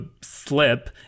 slip